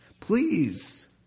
Please